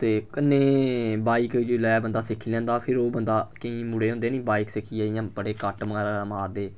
ते कन्नै बाइक जिसलै बंदा सिक्खी लैंदा फिर ओह् बंदा केईं मुड़े होंदे निं बाइक सिक्खी इ'यां बड़े कट मारदे